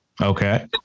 okay